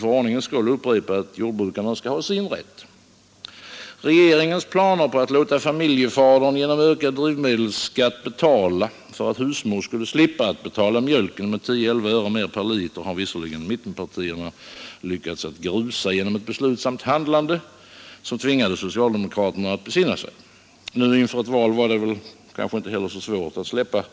För ordningens skull upprepar jag att jordbrukarna skall ha sin rätt. Regeringens planer på att låta familjefadern genom ökad drivmedelsskatt betala för att husmodern skulle slippa att betala mjölken med 10—11 öre mer per liter har visserligen mittenpartierna lyckats grusa genom ett beslutsamt handlande, som tvingade socialdemokraterna att besinna sig. Nu, inför ett val, var det kanske inte heller så svårt att släppa